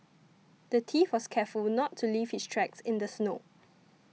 the thief was careful would not to leave his tracks in the snow